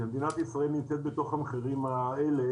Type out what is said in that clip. ומדינת ישראל נמצאת בתוך המחירים האלה.